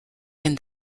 can